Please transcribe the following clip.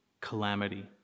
calamity